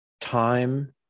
time